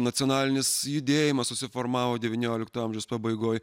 nacionalinis judėjimas susiformavo devyniolikto amžiaus pabaigoj